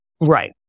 Right